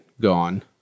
Gone